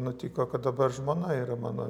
nutiko kad dabar žmona yra mano